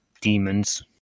demons